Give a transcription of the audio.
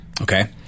Okay